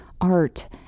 art